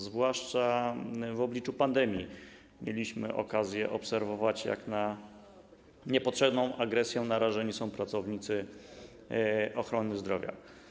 Zwłaszcza w obliczu pandemii mieliśmy okazję obserwować, jak na niepotrzebną agresją narażeni są pracownicy ochrony zdrowia.